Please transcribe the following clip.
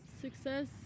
Success